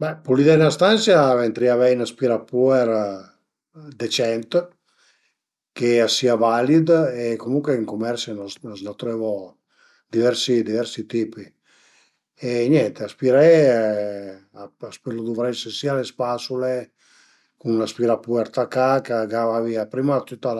Ma pulidé 'na stansia ëntarìa avei ün aspirapuer decent che a sìa valid, comuncue ën cumersi a s'na tröva diversi diversi tipi e niente aspiré a s'pölu duvrese sia le spasule cun l'aspirapuer tacà ch'a gava vìa prima tüta